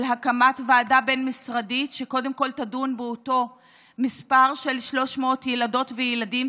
הקמת ועדה בין-משרדית שקודם כול תדון באותו מספר של 300 ילדות וילדים,